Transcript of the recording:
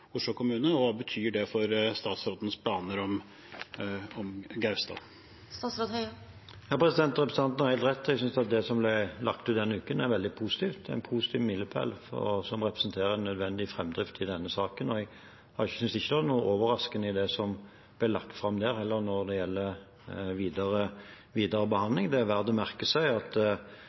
Oslo kommune. Hva betyr det for statsrådens planer for Gaustad? Representanten har helt rett. Jeg synes at det som ble lagt ut denne uken, er veldig positivt – en positiv milepæl som representerer nødvendig framdrift i denne saken. Jeg synes ikke det var noe overraskende i det som ble lagt fram, eller når det gjelder videre behandling. Det er f.eks. verdt å merke seg at